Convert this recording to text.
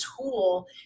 tool